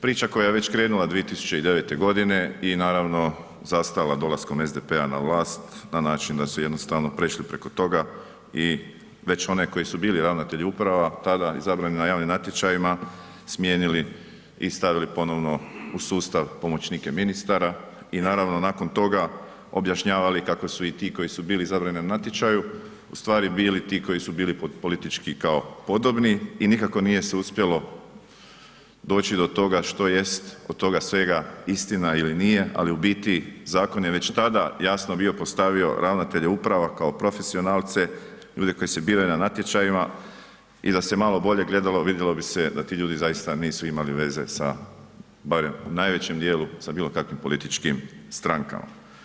Priča koje je već krenula 2009. godine i naravno zastala dolaskom SDP-a na vlast na način da su jednostavno prešli preko toga i već one koji su bili ravnatelji uprava tada izabrani na javnim natječajima smijenili i stavili ponovno u sustav pomoćnike ministara i naravno nakon toga objašnjavali kako su i ti koji su bili izabrani na natječaju u stvari bili ti koji su bili politički kao podobni i nikako nije se uspjelo doći do toga što jest od toga svega istina ili nije, ali u biti zakon je već jasno bio postavio ravnatelje uprava kao profesionalce, ljude koji se biraju na natječajima i da se malo bolje gledalo vidjelo bi se da ti ljudi zaista nisu imali veze sa, barem u najvećem dijelu, sa bilo kakvim političkim strankama.